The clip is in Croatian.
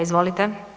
Izvolite.